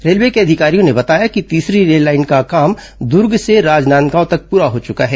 railway के अधिकारियों ने बताया कि तीसरी लाइन का काम दूर्ग से राजनांदगांव तक पूरा हो चुका है